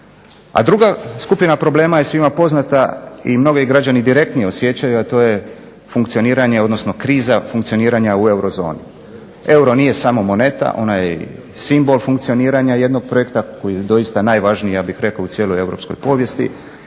A druga skupina problema je svima poznata i mnogi građani direktnije osjećaju, a to je funkcioniranje odnosno kriza funkcioniranja u eurozoni. Euro nije samo moneta, ona je i simbol funkcioniranja jednog projekta koji je doista najvažniji ja bih rekao u cijeloj europskoj povijesti